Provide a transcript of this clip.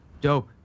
Dope